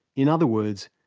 in other words,